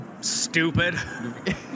stupid